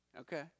Okay